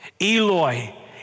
Eloi